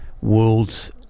world's